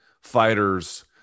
fighters